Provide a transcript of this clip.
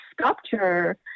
sculpture